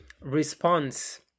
response